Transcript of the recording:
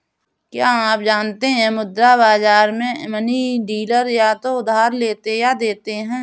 क्या आप जानते है मुद्रा बाज़ार में मनी डीलर या तो उधार लेते या देते है?